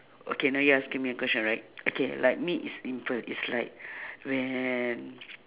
okay now you asking me a question right okay like me is in per~ it's like when